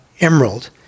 emerald